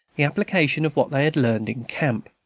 the application of what they had learned in camp.